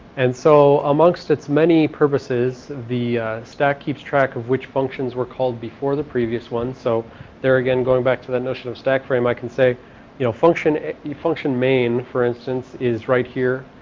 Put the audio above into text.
and so amongst its many purposes, the stack keeps track of which functions were called before the previous ones, so there again going back to the notion of stack frame i can say you know function function main, for instance, is right here,